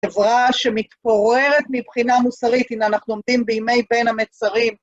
חברה שמתפוררת מבחינה מוסרית, הנה אנחנו עומדים בימי בין המצרים.